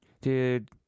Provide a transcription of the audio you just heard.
Dude